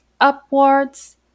upwards